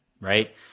Right